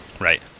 Right